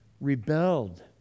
rebelled